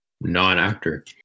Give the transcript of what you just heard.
non-actor